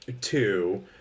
Two